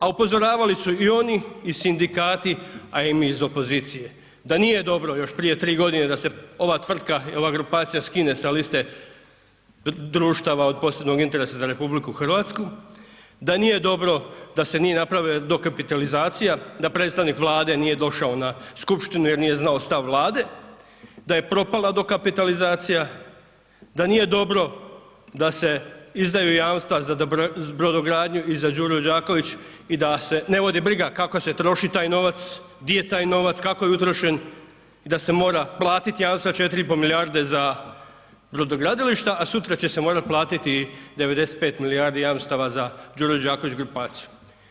A upozoravali su i oni i sindikati, a i mi iz opozicije, da nije dobro još prije tri godine da se ova tvrtka i ova grupacija skine sa liste društava od posebnog interesa za RH, da nije dobro da se nije napravila dokapitalizacija, da predstavnik Vlade nije došao na skupštinu jer nije znao stav Vlade, da je propala dokapitalizacija, da nije dobro da se izdaju jamstva za brodogradnju i za Đuru Đaković i da se ne vodi briga kako se troši taj novac, di je taj novac, kako je utrošen i da se mora platiti jamstva 4,5 milijarde za brodogradilišta, a sutra će se morati platiti 95 milijardi jamstava za Đuru Đaković grupaciju.